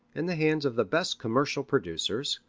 in the hands of the best commercial producers,